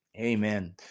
Amen